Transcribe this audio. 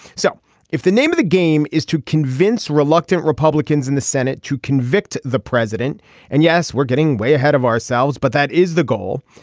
so if the name of the game is to convince reluctant republicans in the senate to convict the president and yes we're getting way ahead of ourselves but that is the goal.